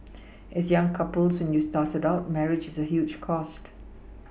as young couples when you started out marriage is a huge cost